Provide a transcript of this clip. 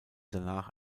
danach